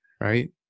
right